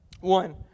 One